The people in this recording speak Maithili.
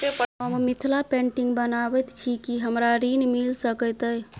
हम मिथिला पेंटिग बनाबैत छी की हमरा ऋण मिल सकैत अई?